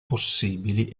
possibili